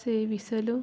ಸೇವಿಸಲು